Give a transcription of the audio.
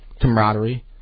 camaraderie